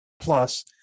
Plus